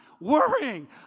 worrying